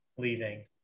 leaving